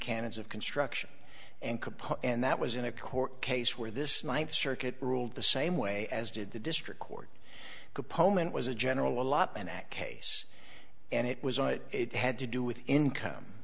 canons of construction and capote and that was in a court case where this ninth circuit ruled the same way as did the district court component was a general a lot and case and it was what it had to do with income